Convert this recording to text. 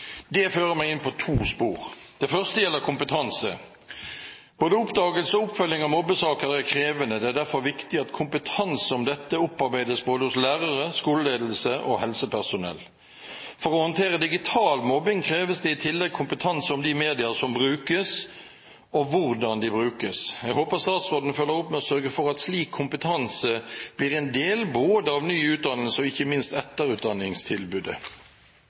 Det fører meg inn på to spor. Det første gjelder kompetanse. Både oppdagelse og oppfølging av mobbesaker er krevende. Det er derfor viktig at kompetanse i dette opparbeides hos både lærere, skoleledelse og helsepersonell. For å håndtere digital mobbing kreves det i tillegg kompetanse når det gjelder de medier som brukes, og hvordan de brukes. Jeg håper statsråden følger opp med å sørge for at slik kompetanse blir en del av både ny utdannelse og ikke minst etterutdanningstilbudet.